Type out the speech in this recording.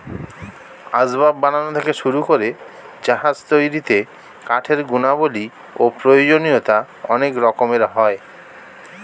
আসবাব বানানো থেকে শুরু করে জাহাজ তৈরিতে কাঠের গুণাবলী ও প্রয়োজনীয়তা অনেক রকমের হয়